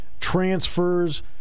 transfers